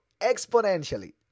exponentially